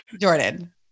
Jordan